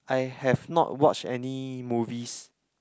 I have not watched any movies